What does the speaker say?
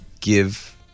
give